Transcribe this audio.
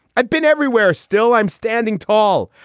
i've been everywhere. still, i'm standing tall.